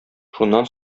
шуннан